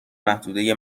محدوده